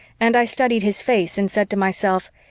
and i studied his face and said to myself,